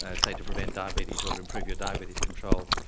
ah say to prevent diabetes or to improve your diabetes control,